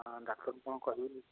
ଡାକ୍ତର କ'ଣ କରିବେ